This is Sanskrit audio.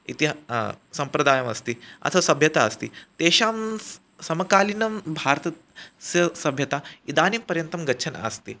इति सम्प्रदायः अस्ति अथवा सभ्यता अस्ति तेषां स् समकालीना भारतस्य सभ्यता इदानीं पर्यन्तं गच्छन्ती अस्ति